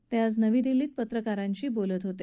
ते आज नवी दिल्लीत पत्रकारांशी बोलत होते